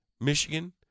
Michigan